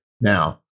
now